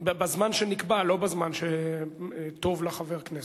בזמן שנקבע, לא בזמן שטוב לחבר הכנסת.